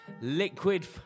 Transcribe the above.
liquid